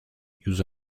use